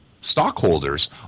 stockholders